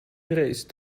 race